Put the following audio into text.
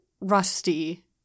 rusty